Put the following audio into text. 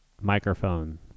Microphone